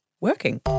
working